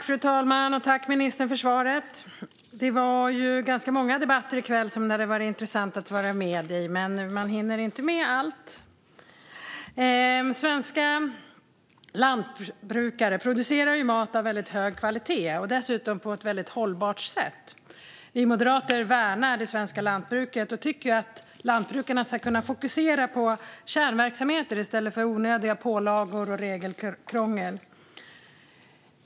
Fru talman! Jag tackar ministern för svaret. Det var ganska många debatter i kväll som det hade varit intressant att vara med i, men man hinner inte med allt. Svenska lantbrukare producerar mat av hög kvalitet och dessutom på ett hållbart sätt. Vi moderater värnar det svenska lantbruket och tycker att lantbrukarna ska kunna fokusera på kärnverksamheter i stället för på onödiga pålagor och regelkrångel.